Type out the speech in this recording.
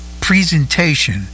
presentation